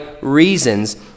reasons